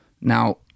Now